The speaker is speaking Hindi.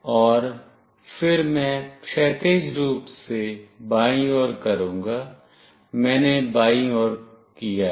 और फिर मैं क्षैतिज रूप से बाईं ओर करूंगा मैंने बाईं ओर किया है